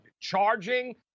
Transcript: charging